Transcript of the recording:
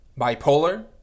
bipolar